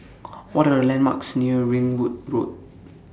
What Are The landmarks near Ringwood Road